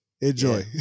Enjoy